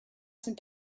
some